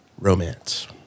Romance